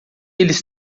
eles